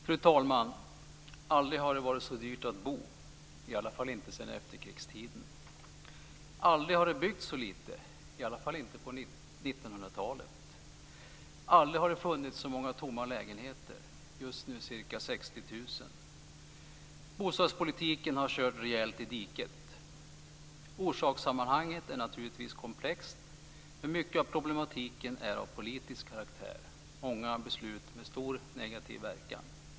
Fru talman! Aldrig har det varit så dyrt att bo. I varje fall inte sedan efterkrigstiden. Aldrig har det byggts så litet. I varje fall inte på 1900-talet. Aldrig har det funnit så många tomma lägenheter, just nu ca 60 000. Bostadspolitiken har kört rejält i diket. Orsakssammanhanget är naturligtvis komplext, men mycket av problematiken är av politisk karaktär. Det har fattats många beslut med stor negativ verkan.